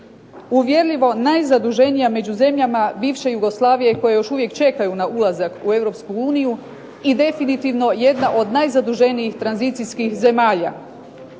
uvjerljivo najzaduženija među zemljama bivše Jugoslavije koje još uvijek čekaju na ulazak u Europsku uniju i definitivno jedna od najzaduženijih tranzicijskih zemalja.